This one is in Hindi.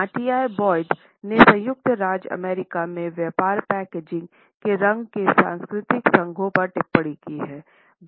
नेटली बॉयड ने संयुक्त राज्य अमेरिका में व्यापार पैकेजिंग के रंग के सांस्कृतिक संघों पर टिप्पणी की है